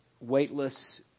weightless